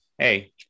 hey